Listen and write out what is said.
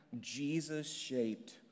Jesus-shaped